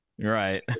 Right